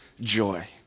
joy